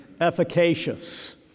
efficacious